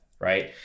right